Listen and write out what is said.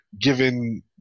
given